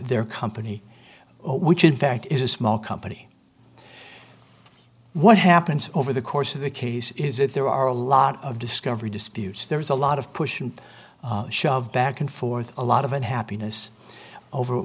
their company which in fact is a small company what happens over the course of the case is that there are a lot of discovery disputes there's a lot of push and shove back and forth a lot of unhappiness over